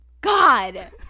God